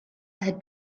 had